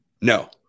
No